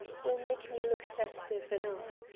will make me look festive enough.